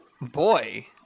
Boy